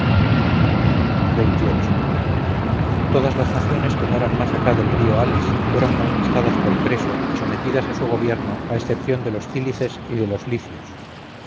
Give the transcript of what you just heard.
amistad todas las naciones que moran más acá del río halis fueron conquistadas por creso y sometidas a su gobierno a excepción de los cílices y de los licios